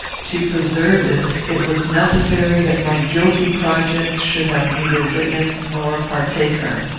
to preserve this, it was necessary that my guilty projects should have neither witness nor partaker.